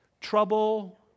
trouble